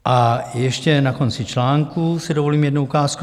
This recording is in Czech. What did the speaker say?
A ještě na konci článku si dovolím jednu ukázku.